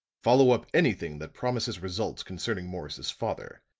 follow up anything that promises results concerning morris' father.